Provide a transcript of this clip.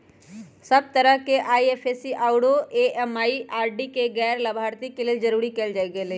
सब तरह से आई.एफ.एस.सी आउरो एम.एम.आई.डी के गैर लाभार्थी के लेल जरूरी कएल गेलई ह